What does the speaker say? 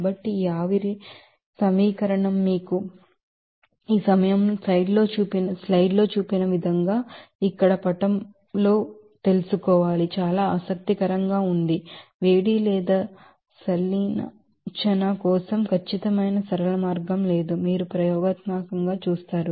కాబట్టి ఈ వ్యాపారిజాషన్ మీరు ఈ సమయంలో స్లైడ్ లో చూపించిన విధంగా ఇక్కడ పటం తెలుసు తెలుసు చాలా ఆసక్తికరంగా ఉంది వేడి లేదా సంలీనఅంచనా కోసం ఖచ్చితమైన సరళమార్గం లేదు మీరు ప్రయోగాత్మకంగా చూస్తారు